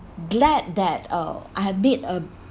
glad that uh I have made a